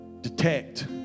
detect